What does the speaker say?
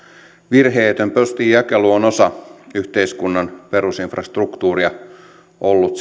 virheetön postinjakelu on osa yhteiskunnan perusinfrastruktuuria on ollut